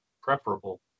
preferable